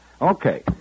Okay